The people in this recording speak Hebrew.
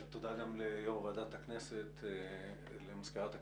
תודה גם ליו"ר ועדת הכנסת ולמזכירת הכנסת.